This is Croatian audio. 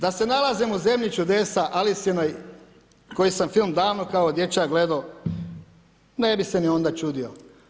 Da se nalazimo u zemlji čudesa Alisinoj koji sam film davno kao dječak gledao, ne bi se ni onda čudio.